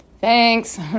thanks